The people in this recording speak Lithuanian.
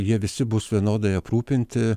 jie visi bus vienodai aprūpinti